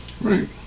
Right